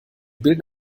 bilden